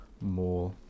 more